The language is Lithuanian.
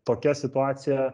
tokia situacija